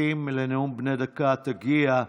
תגיע,